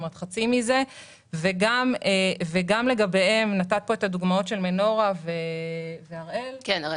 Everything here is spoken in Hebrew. ניתנו כאן הדוגמאות של מנורה והראל,